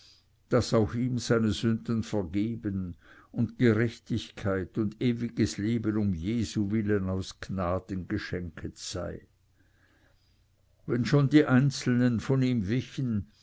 daß auch ihm seine sünden vergeben und gerechtigkeit und ewiges leben um jesu willen aus gnaden geschenket sei wenn schon die einzelnen von ihm wichen